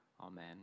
Amen